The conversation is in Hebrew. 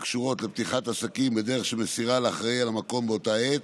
הקשורות לפתיחת עסקים בדרך של מסירה לאחראי על המקום באותה עת,